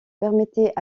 permettait